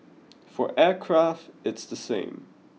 for aircraft it's the same